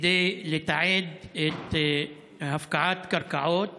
כדי לתעד הפקעת קרקעות